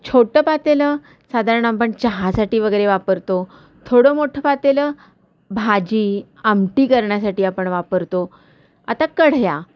छोटं पातेलं साधारण आपण चहासाठी वगैरे वापरतो थोडं मोठं पातेलं भाजी आमटी करण्यासाठी आपण वापरतो आता कढया